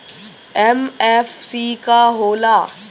MFC का होला?